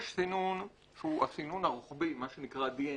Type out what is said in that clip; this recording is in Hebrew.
יש סינון שהוא הסינון הרוחבי, מה שנקרא DNS,